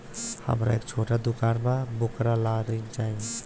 हमरा एक छोटा दुकान बा वोकरा ला ऋण चाही?